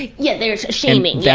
yeah, they're shaming! yeah,